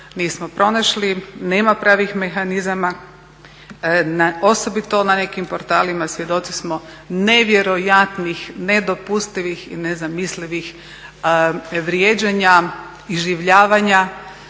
nismo pronašli, nema pravih mehanizama. Osobito na nekim portalima svjedoci smo nevjerojatnih nedopustivih i nezamislivih vrijeđanja, iživljavanja,